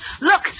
Look